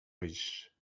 riches